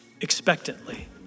expectantly